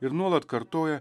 ir nuolat kartoja